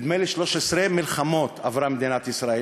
נדמה לי ש-13 מלחמות עברה מדינת ישראל,